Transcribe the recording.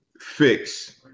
fix